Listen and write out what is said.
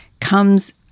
comes